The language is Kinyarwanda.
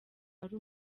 ari